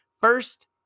First